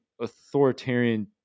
authoritarian